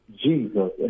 Jesus